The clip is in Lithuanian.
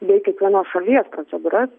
bei kiekvienos šalies procedūras